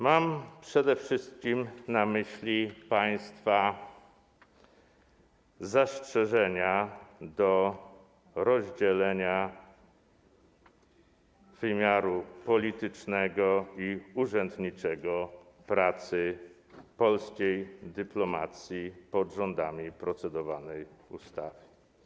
Mam przede wszystkim na myśli państwa zastrzeżenia co do rozdzielenia wymiaru politycznego i urzędniczego pracy w polskiej dyplomacji pod rządami procedowanej ustawy.